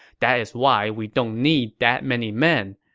that is why we don't need that many men.